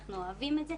אנחנו אוהבים את זה,